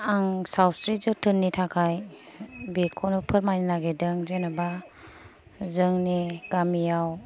आं सावस्रि जोथोननि थाखाय बेखौनो फोरमायनो नागेरदों जेन'बा जोंनि गामिआव